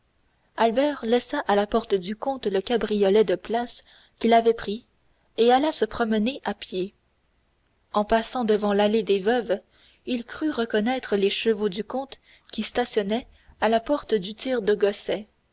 albert laissa à la porte du comte le cabriolet de place qu'il avait pris et alla se promener à pied en passant devant l'allée des veuves il crut reconnaître les chevaux du comte qui stationnaient à la porte du tir de gosset